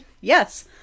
yes